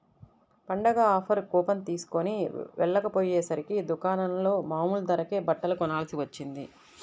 పండగ offer coupon తీస్కొని వెళ్ళకపొయ్యేసరికి దుకాణంలో మామూలు ధరకే బట్టలు కొనాల్సి వచ్చింది